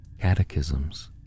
catechisms